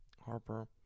Harper